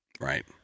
right